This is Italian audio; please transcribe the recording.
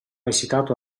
esitato